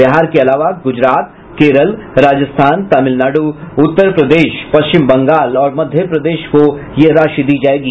बिहार के अलावा गुजरात केरल राजस्थान तमिलनाडु उत्तर प्रदेश पश्चिम बंगाल और मध्य प्रदेश को यह राशि दी जायेगी